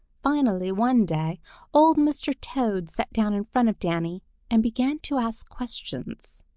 finally one day old mr. toad sat down in front of danny and began to ask questions.